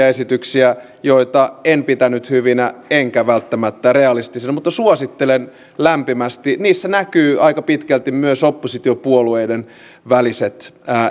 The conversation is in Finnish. esityksiä joita en pitänyt hyvinä enkä välttämättä realistisina mutta suosittelen lämpimästi niissä näkyy aika pitkälti myös oppositiopuolueiden väliset